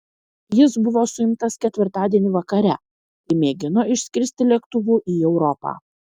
jis buvo suimtas ketvirtadienį vakare kai mėgino išskristi lėktuvu į europą